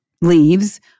leaves